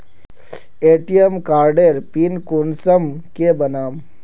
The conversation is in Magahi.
ए.टी.एम कार्डेर पिन कुंसम के बनाम?